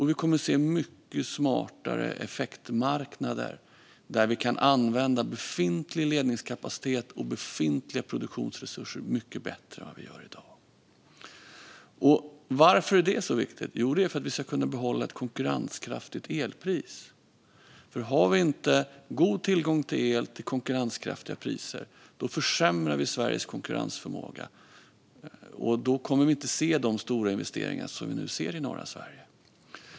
Vi kommer att se mycket smartare effektmarknader där vi kan använda befintlig ledningskapacitet och befintliga produktionsresurser mycket bättre än vad vi gör i dag. Varför är det så viktigt? Jo, det är för att vi ska kunna behålla ett konkurrenskraftigt elpris. Har vi inte god tillgång till el till konkurrenskraftiga priser försämrar vi Sveriges konkurrensförmåga. Då kommer vi inte att se de stora investeringar som vi nu ser i norra Sverige.